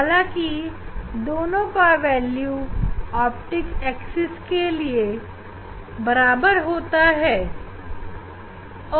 हालांकि इन दोनों का मूल्य ऑप्टिक एक्सिस के लिए बराबर होते हैं